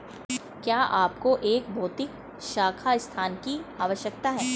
क्या आपको एक भौतिक शाखा स्थान की आवश्यकता है?